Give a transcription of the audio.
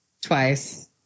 twice